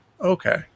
okay